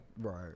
right